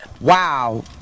Wow